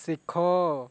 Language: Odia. ଶିଖ